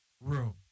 Room